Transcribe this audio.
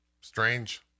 Strange